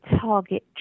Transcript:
target